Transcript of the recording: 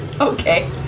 Okay